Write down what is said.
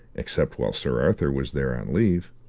except while sir arthur was there on leave.